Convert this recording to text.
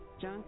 John